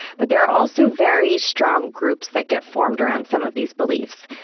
but there are also very strong groups that get formed around some of these beliefs.